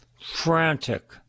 frantic